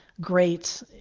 great